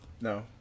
No